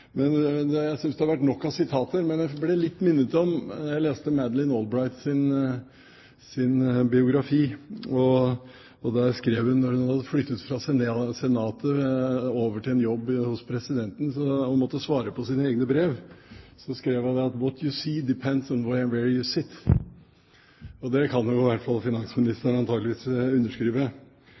Jeg synes det har vært nok av sitater, men jeg ble litt minnet på da jeg leste Madeleine Albrights biografi, det hun skrev da hun hadde flyttet fra Senatet over til en jobb hos presidenten, og måtte svare på sine egne brev: «What you see depends on where you sit». Det kan antakeligvis finansministeren underskrive. I løpet av innlegget til finansministeren klarte man å dreie debatten mot om Høyre ville omgå handlingsregelen, og det kan